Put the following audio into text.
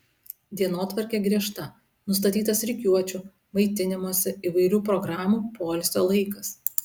dienotvarkė griežta nustatytas rikiuočių maitinimosi įvairių programų poilsio laikas